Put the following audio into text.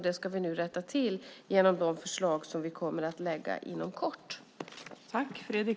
Det ska vi nu rätta till med de förslag som vi kommer att lägga fram inom kort.